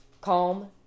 calm